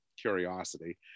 curiosity